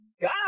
God